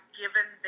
given